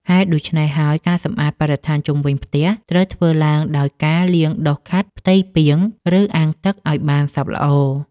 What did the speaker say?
ហេតុដូច្នេះហើយ ការសម្អាតបរិស្ថានជុំវិញផ្ទះត្រូវធ្វើឡើងដោយការលាងដុសខាត់ផ្ទៃពាង ឬអាងទឹកឱ្យបានសព្វល្អ។